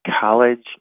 college